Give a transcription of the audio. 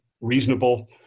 reasonable